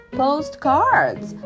postcards